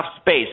space